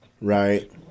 Right